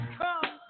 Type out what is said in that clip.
come